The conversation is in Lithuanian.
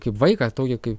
kaip vaiką tokį kaip